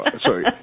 Sorry